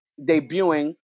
debuting